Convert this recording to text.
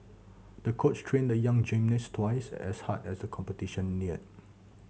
the coach trained the young gymnast twice as hard as the competition neared